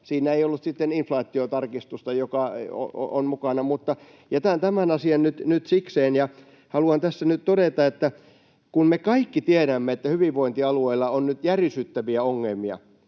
Siinä ei ollut sitten inflaatiotarkistusta mukana. Jätän tämän asian nyt sikseen, ja haluan tässä nyt todeta, että me kaikki tiedämme, että hyvinvointialueilla on nyt järisyttäviä ongelmia.